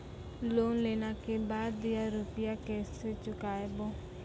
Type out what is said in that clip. Loan लेला के बाद या रुपिया केसे चुकायाबो?